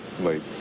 late